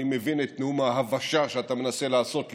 אני מבין את נאום ההבשה שאתה מנסה לעשות לי,